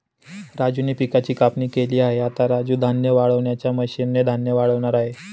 राजूने पिकाची कापणी केली आहे, आता राजू धान्य वाळवणाच्या मशीन ने धान्य वाळवणार आहे